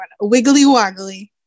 wiggly-woggly